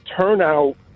turnout